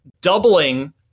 doubling